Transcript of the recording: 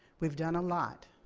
we've done a lot.